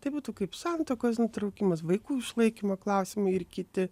tai būtų kaip santuokos nutraukimas vaikų išlaikymo klausimai ir kiti